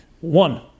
One